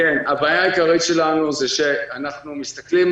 הבעיה העיקרית שלנו היא שאנחנו מסתכלים